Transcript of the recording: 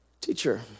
teacher